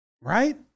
right